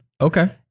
Okay